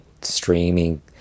streaming